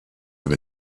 have